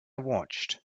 watched